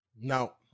now